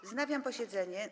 Wznawiam posiedzenie.